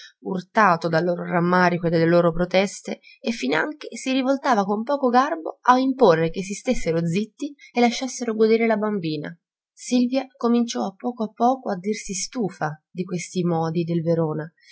urtato dal loro rammarico e dalle loro proteste e finanche si rivoltava con poco garbo a imporre che si stessero zitti e lasciassero godere la bambina silvia cominciò a poco a poco a dirsi stufa di questi modi del verona